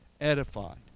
edified